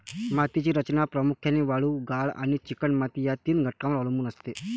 मातीची रचना प्रामुख्याने वाळू, गाळ आणि चिकणमाती या तीन घटकांवर अवलंबून असते